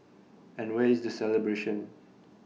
and where is the celebration